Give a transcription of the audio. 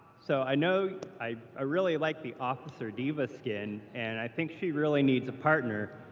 so, i know. i ah really like the officer d va skin, and i think she really needs a partner.